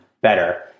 better